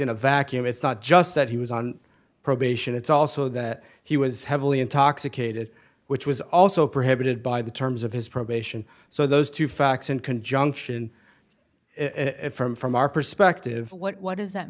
in a vacuum it's not just said he was on probation it's also that he was heavily intoxicated which was also prohibited by the terms of his probation so those two facts in conjunction if from from our perspective what